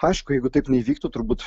aišku jeigu taip neįvyktų turbūt